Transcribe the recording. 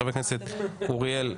של חבר הכנסת אוריאל בוסו.